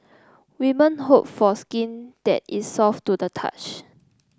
women hope for skin that is soft to the touch